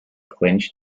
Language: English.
clinch